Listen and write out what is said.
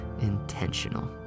intentional